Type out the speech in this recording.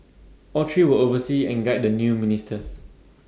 all three will oversee and guide the new ministers